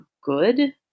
good